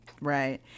Right